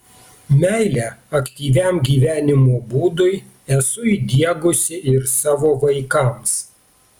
meilę aktyviam gyvenimo būdui esu įdiegusi ir savo vaikams